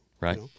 Right